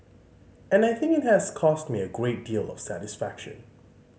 and I think it has caused me a great deal of satisfaction